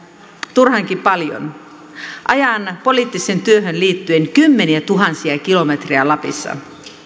turhankin paljon ajan poliittiseen työhön liittyen kymmeniätuhansia kilometrejä lapissa